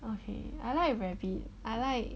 okay I like rabbit I like